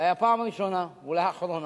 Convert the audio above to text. זו היתה הפעם הראשונה, אולי האחרונה,